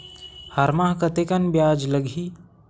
हर माह कतेकन ब्याज लगही?